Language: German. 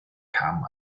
kamen